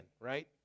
Right